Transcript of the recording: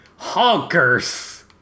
Honkers